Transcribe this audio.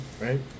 right